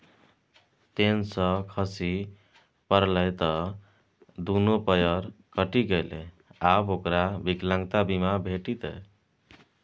ten सँ खसि पड़लै त दुनू पयर कटि गेलै आब ओकरा विकलांगता बीमा भेटितै